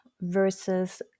versus